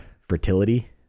fertility